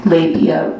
Labia